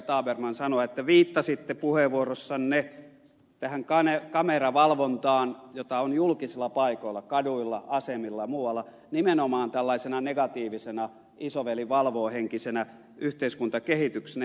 tabermann sanoa että viittasitte puheenvuorossanne kameravalvontaan jota on julkisilla paikoilla kaduilla asemilla muualla nimenomaan tällaisena negatiivisena isoveli valvoo henkisenä yhteiskuntakehityksenä